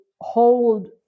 hold